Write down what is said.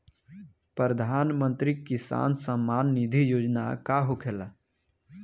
प्रधानमंत्री किसान सम्मान निधि योजना का होखेला?